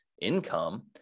income